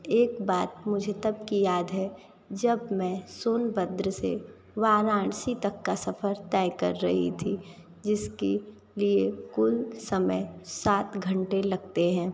एक बात मुझे तब की याद है जब मैं सोनभद्र से वाराणसी तक का सफर तय कर रही थी जिसके लिए कुल समय सात घंटे लगते हैं